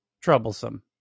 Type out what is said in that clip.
troublesome